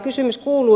kysymys kuuluu